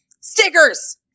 stickers